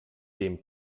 dem